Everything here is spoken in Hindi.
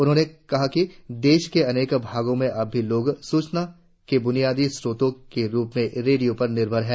उन्होंने कहा कि देश के अनेक भागों में अब भी लोग सूचनाओं के बुनियादी स्रोत के रुप में रेडियो पर निर्भर है